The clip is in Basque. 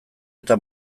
eta